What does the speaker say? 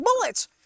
bullets